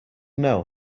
know